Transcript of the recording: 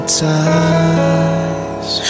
ties